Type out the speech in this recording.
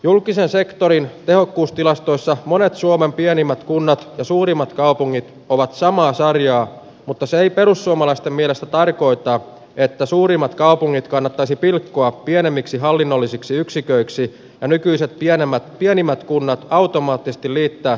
julkisen sektorin tehokkuustilastoissa monet suomen pienimmät kunnat ja suurimmat kaupungit ovat samaa sarjaa mutta se ei perussuomalaisten mielestä tarkoittaa että suurimmat kaupungit kannattaisi pilkkoa pienemmiksi hallinnollisiksi yksiköiksi ja nykyiset ja nämä pienemmät kunnat automaattisesti liittää